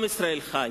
עם ישראל חי.